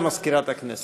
הודעה למזכירת הכנסת.